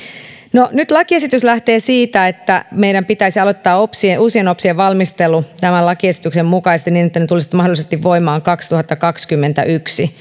nyt lakiesitys lähtee siitä että meidän pitäisi aloittaa uusien opsien valmistelu tämän lakiesityksen mukaisesti niin että ne tulisivat mahdollisesti voimaan kaksituhattakaksikymmentäyksi